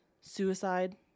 suicide